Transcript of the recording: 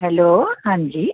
hello हांजी